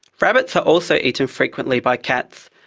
rabbits are also eaten infrequently by cats,